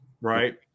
Right